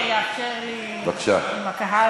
אם אדוני יאפשר לי עם הקהל